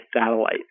satellite